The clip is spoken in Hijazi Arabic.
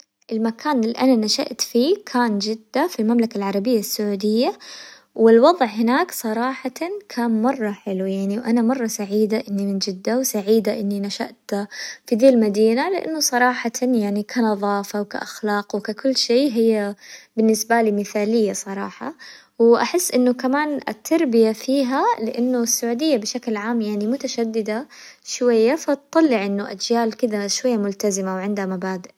المكان اللي أنا نشأت فيه كان جدة في المملكة العربية السعودية، والوظع هناك صراحةً كان مرة حلو يعني وأنا مرة سعيدة إني من جدة وسعيدة إني نشأت في ذي المدينة، لأنه صراحةً يعني كنظافة وكأخلاق وككل شي هي بالنسبة لي مثالية صراحة، وأحس إنه كمان التربية فيها لأنه السعودية بشكل عام يعني متشددة شوية فطلع إنه أجيال كذا شوية ملتزمة وعندها مبادئ.